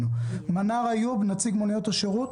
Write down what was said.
אבנר יבדוק את זה, ויחזור אלינו.